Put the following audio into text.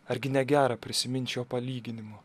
argi negera prisimint šio palyginimo